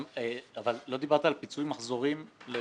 לא דיברת על פיצוי מחזורים.